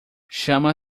chama